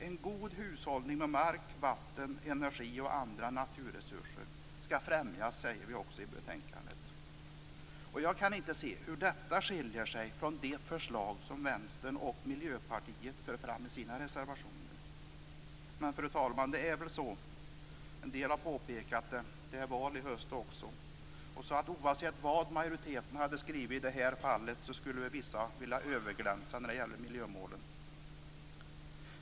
En god hushållning med mark, vatten, energi och andra naturresurser skall främjas, säger vi också i betänkandet. Jag kan inte se hur detta skiljer sig från de förslag som Vänstern och Miljöpartiet för fram i sina reservationer. Men, fru talman, det är väl så, som en del har påpekat, att det är val i höst också. Oavsett vad majoriteten hade skrivit i det här fallet, skulle vissa ha velat överglänsa när det gäller miljömålen.